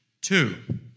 Two